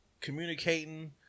communicating